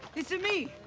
it's me!